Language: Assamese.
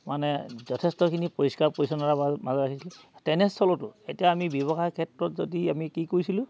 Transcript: মানে যথেষ্টখিনি পৰিষ্কাৰ পৰিচ্ছন্নতা মাজত তেনেস্থলতো এতিয়া আমি ব্যৱসায় ক্ষেত্ৰত যদি আমি কি কৰিছিলোঁ